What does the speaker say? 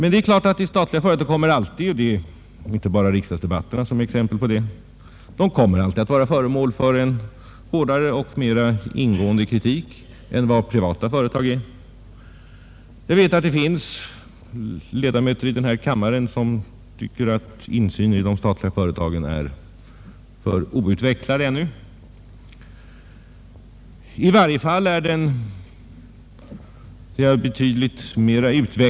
Det är klart att statliga företag kommer alltid — det är inte bara riksdagsdebatterna som är exempel på det — att vara föremål för en hårdare och mera ingående kritik än vad privata företag är. Jag vet att det finns ledamöter i kammaren som anser att insynen i de statliga företagen ännu är för outvecklad. I varje fall är den betydligt mer utvecklad än insynen i de privata företagen.